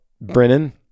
Brennan